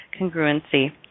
congruency